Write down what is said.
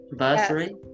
anniversary